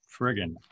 friggin